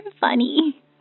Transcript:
funny